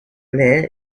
blair